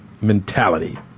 mentality